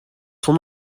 son